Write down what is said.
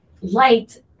light